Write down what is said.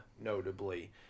notably